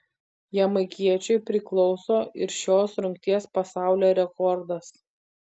jamaikiečiui priklauso ir šios rungties pasaulio rekordas